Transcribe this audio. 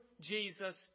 Jesus